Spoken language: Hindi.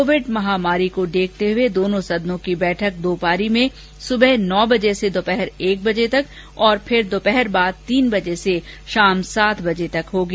कोविड महामारी को देखते हए दोनों सदनों की बैठक दो पारी में सुबह नौ बजे से दोपहर एक बजे तक और फिर दोपहर बाद तीन बजे से शाम सात बजे तक होगी